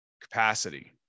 Capacity